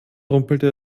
rumpelte